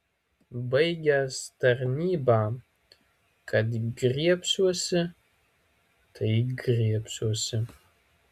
baigęs tarnybą kad griebsiuosi tai griebsiuosi